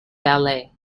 valet